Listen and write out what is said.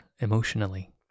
emotionally